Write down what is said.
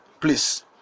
Please